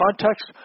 context